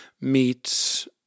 meets